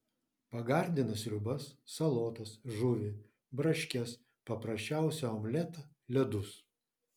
pagardina sriubas salotas žuvį braškes paprasčiausią omletą ledus